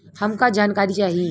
हमका जानकारी चाही?